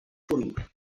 punt